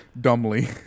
dumbly